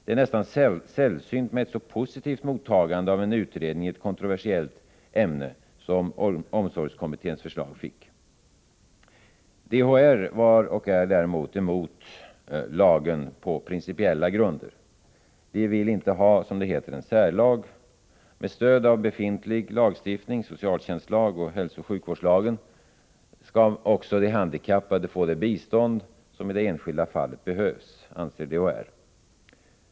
Det är nästan sällsynt med ett så positivt mottagande i en utredning i ett kontroversiellt ämne som omsorgskommitténs förslag fick. DHR var och är däremot emot lagen på principiella grunder. DHR vill inte ha, som det heter, en särlag. Med stöd av befintlig lagstiftning — socialtjänstlagen och hälsooch sjukvårdslagen — skall också de handikappade få det bistånd som i det enskilda fallet behövs, anser DHR.